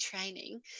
training